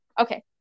Okay